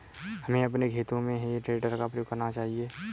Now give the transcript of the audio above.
हमें अपने खेतों में हे टेडर का प्रयोग करना चाहिए